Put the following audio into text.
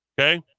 Okay